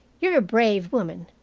you're a brave woman.